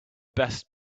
best